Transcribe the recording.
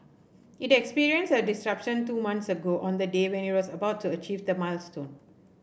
it experienced a disruption two months ago on the day when it was about to achieve the milestone